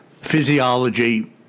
physiology